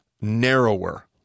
narrower